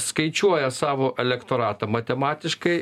skaičiuoja savo elektoratą matematiškai